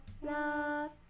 love